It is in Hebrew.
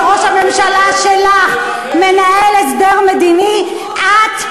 כשראש הממשלה שלך מנהל הסדר מדיני את,